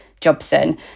Jobson